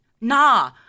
Nah